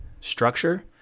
structure